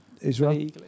Israel